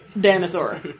dinosaur